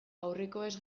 aurrekoez